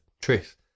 truth